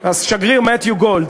השגריר מתיו גולד.